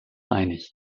einig